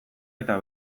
eta